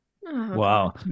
Wow